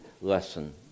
lesson